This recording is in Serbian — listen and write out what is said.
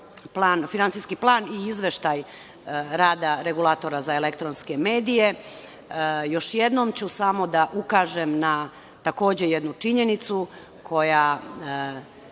Finansijski plan i Izveštaj rada Regulatora za elektronske medije, još jednom ću samo da ukažem na, takođe, jednu činjenicu koja